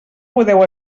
podeu